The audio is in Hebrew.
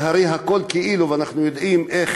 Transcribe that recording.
זה הרי הכול כאילו, ואנחנו יודעים איך